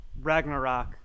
Ragnarok